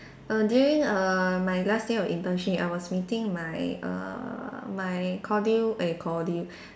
err during err my last day of internship I was meeting my err my eh